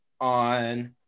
on